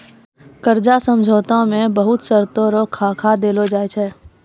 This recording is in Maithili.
कर्जा समझौता मे बहुत शर्तो रो खाका देलो जाय छै